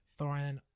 Thorin